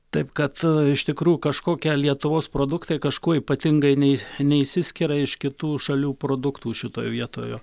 taip kad iš tikrų kažkokią lietuvos produktai kažkuo ypatingai nei neišsiskiria iš kitų šalių produktų šitoj vietoje